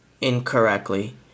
incorrectly